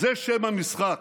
זה שם המשחק.